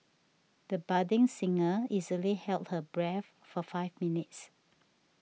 the budding singer easily held her breath for five minutes